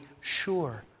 sure